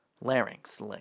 Larynx